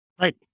Right